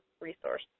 resource